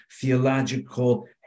theological